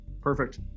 perfect